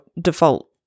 default